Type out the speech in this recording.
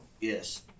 Yes